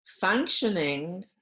functioning